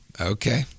okay